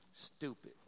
Stupid